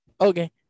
Okay